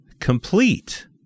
complete